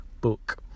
book